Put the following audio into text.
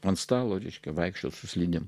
ant stalo reiškia vaikščioti su slidėm